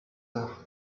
heures